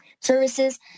services